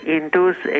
induce